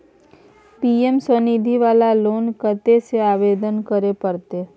PM Svanidhi वाला loan कत्ते से आवेदन करे परतै?